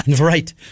Right